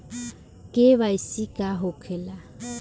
KYC का होखेला?